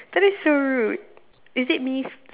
that is so rude is it miss